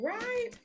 Right